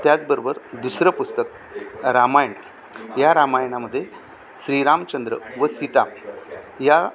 त्याचबरोबर दुसरं पुस्तक रामायण या रामायणामध्ये श्रीरामचंद्र व सीता या